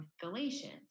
Galatians